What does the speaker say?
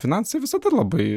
finansai visada labai